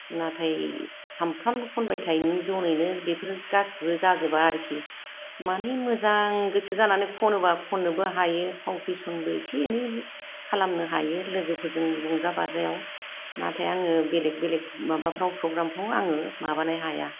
नाथाय सामफ्रामबो खनबाय थायैनि जनैनो बेफोरो गासैबो जाजोबा आरोखि माने मोजां गोसो जानानै खनोबा खननोबो हायो फाव फेसनबो इसे एनै एनै खालामनो हायो लोगोफोरजों रंजा बाजायाव नाथाय आङो बेलेग बेलेग माबाफ्राव फ्रग्रामफोराव आङो माबानो हाया